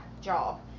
job